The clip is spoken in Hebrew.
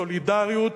סולידריות.